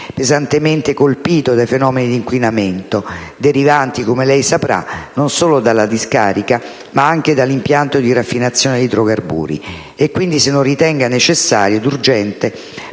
pesantemente colpito dai fenomeni di inquinamento derivanti - come lei saprà - non solo dalla discarica, ma anche dell'impianto di raffinazione di idrocarburi. E quindi se non ritenga necessario ed urgente